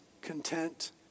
content